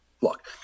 look